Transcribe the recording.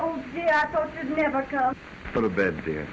oh yeah we have a little bit here